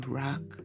rock